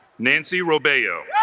nancy rob ayo